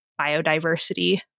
biodiversity